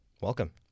welcome